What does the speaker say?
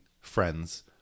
friends